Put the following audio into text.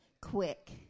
quick